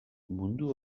mundu